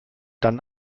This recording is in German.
dann